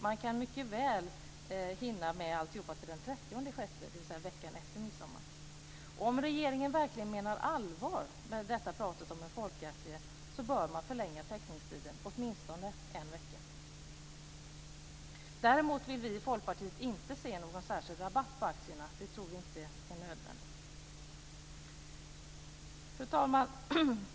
Man kan mycket väl hinna med allt till den 30 juni, dvs. till veckan efter midsommaren. Om regeringen verkligen menar allvar med sitt prat om en folkaktie bör man förlänga teckningstiden åtminstone en vecka. Däremot vill vi i Folkpartiet inte se någon särskild rabatt på aktierna. Det tror vi inte är nödvändigt. Fru talman!